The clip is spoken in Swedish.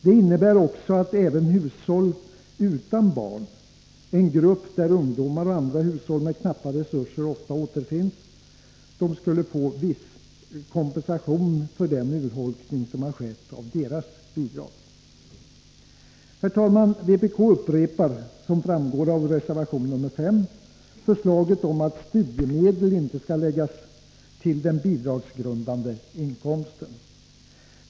Det innebär också att även hushåll utan barn, en grupp där ungdomar och andra hushåll med knappa resurser ofta återfinns, skulle få viss kompensation för den urholkning som skett av deras bidrag. Herr talman! Vpk upprepar, som framgår av reservation nr 5, förslaget om att studiemedel inte skall läggas till den bidragsgrundande inkomsten.